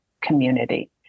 community